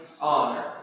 honor